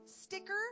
sticker